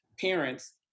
parents